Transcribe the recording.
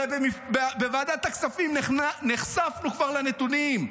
הרי בוועדת הכספים נחשפנו כבר לנתונים.